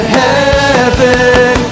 heaven